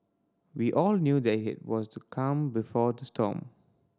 we all knew that it was to calm before to storm